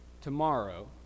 tomorrow